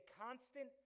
constant